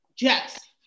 Yes